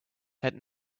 had